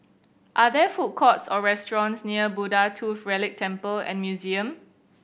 are there food courts or restaurants near Buddha Tooth Relic Temple and Museum